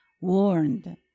warned